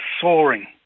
soaring